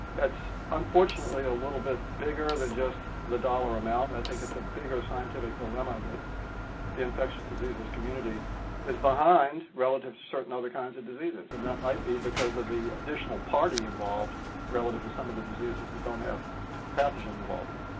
that's unfortunately a little bit bigger than just the dollar amount. i think it's a bigger scientific dilemma that the infectious diseases community is behind, relative to certain other kinds of diseases. and that might be because of the additional party involved relative to some of the diseases that don't have pathogen involvement,